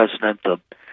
president